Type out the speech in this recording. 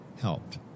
helped